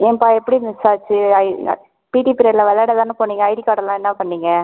ஏன்ப்பா எப்படி மிஸ் ஆச்சு பீட்டி பீரியட்டில் விளையாட தான போனிங்க ஐடி கார்டெல்லாம் என்ன பண்ணிங்கள்